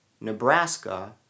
Nebraska